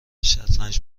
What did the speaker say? شطرنج